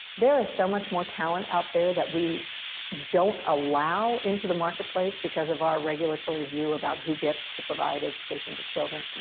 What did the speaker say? there is so much more talent out there that we don't allow into the marketplace because of our regulatory view about who gets to provide education to children.